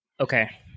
Okay